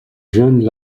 jaunes